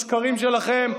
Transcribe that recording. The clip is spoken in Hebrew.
השקרים שלכם,